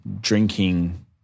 drinking